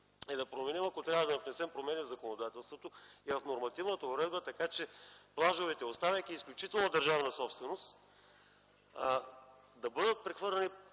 в парламента е, ако трябва да внесем промени в законодателството, да променим и нормативната уредба, така че за плажовете, ставайки изключителна държавна собственост да бъдат прехвърлени